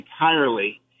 entirely